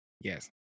Yes